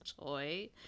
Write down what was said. toy